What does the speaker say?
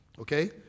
okay